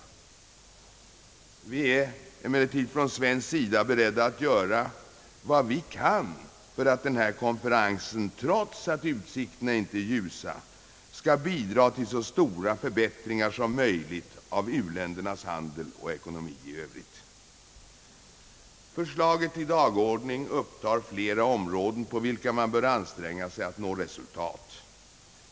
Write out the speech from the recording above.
Vi är dock från svensk sida beredda att göra vad vi kan för att den förestående konferensen, trots att utsikterna inte är ljusa, skall leda till så stora förbättringar som möjligt av u-ländernas handel och ekonomi i övrigt. Förslaget till dagordning upptar flera områden där man bör anstränga sig att nå resultat.